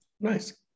nice